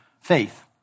faith